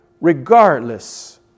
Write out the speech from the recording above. regardless